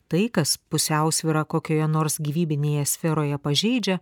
tai kas pusiausvyrą kokioje nors gyvybinėje sferoje pažeidžia